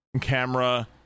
camera